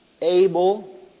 able